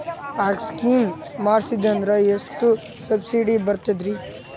ಆ ಸ್ಕೀಮ ಮಾಡ್ಸೀದ್ನಂದರ ಎಷ್ಟ ಸಬ್ಸಿಡಿ ಬರ್ತಾದ್ರೀ?